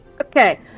Okay